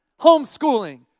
Homeschooling